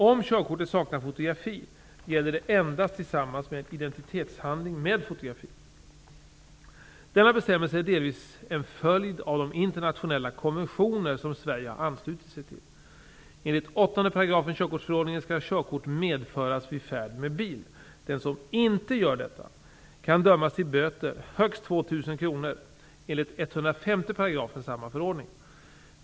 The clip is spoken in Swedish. Om körkortet saknar fotografi gäller det endast tillsammans med en identitetshandling med fotografi. Denna bestämmelse är delvis en följd av de internationella konventioner som Sverige har anslutit sig till. Enligt 8 § körkortsförordningen skall körkort medföras vid färd med bil. Den som inte gör detta kan dömas till böter, högst 2 000 kr, enligt 105 § samma förordning.